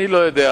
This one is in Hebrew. אני לא יודע,